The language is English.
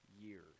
years